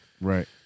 Right